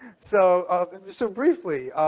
so um so briefly,